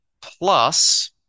plus